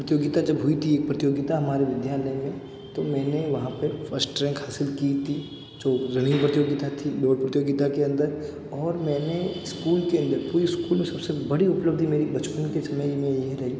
प्रतियोगिता जब हुई थी एक प्रतियोगिता हमारे विद्यालय में तो मैंने वहाँ पर फर्स्ट रैंक हासिल की थी जो रनिंग प्रतियोगिता थी दौड़ प्रतियोगिता के अंदर और मैंने स्कूल के अंदर पूरे स्कूल में सबसे बड़ी उपलब्धि मेरी बचपन के समय यह रही